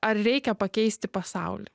ar reikia pakeisti pasaulį